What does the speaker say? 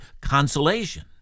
consolation